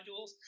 modules